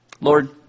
Lord